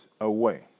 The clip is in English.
away